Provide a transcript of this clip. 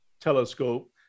Telescope